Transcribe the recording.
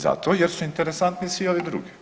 Zato jer su interesantni svi ovi drugi.